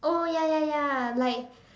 oh ya ya ya like